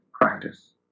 practice